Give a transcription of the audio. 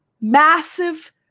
massive